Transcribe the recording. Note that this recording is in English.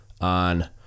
on